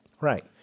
Right